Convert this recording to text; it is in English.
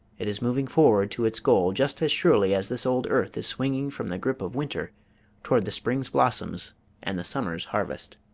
it is moving forward to its goal just as surely as this old earth is swinging from the grip of winter toward the spring's blossoms and the summer's harvest.